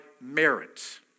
merit